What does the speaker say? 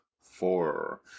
four